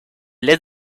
led